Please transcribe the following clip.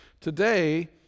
Today